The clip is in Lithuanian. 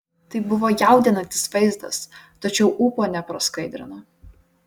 tai buvo jaudinantis vaizdas tačiau ūpo nepraskaidrino